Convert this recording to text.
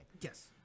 Yes